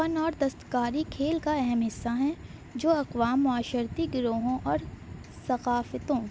فن اور دستکاری کھیل کا اہم حصہ ہیں جو اقوام معاشرتی گروہوں اور ثقافتوں